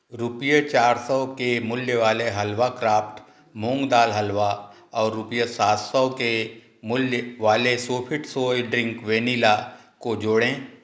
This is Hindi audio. रुपये चार सौ के मूल्य वाले हलवा क्राफ़्ट मूँग दाल हलवा और रुपये सात सौ के मूल्य वाले सोफ़िट सोय ड्रिंक वेनिला को जोड़ें